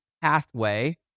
pathway